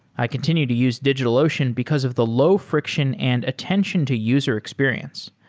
i continue to use digitalocean because of the low friction and attention to user experience.